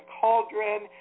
cauldron